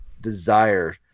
desire